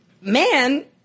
man